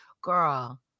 girl